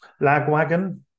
Lagwagon